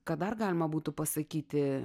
ką dar galima būtų pasakyti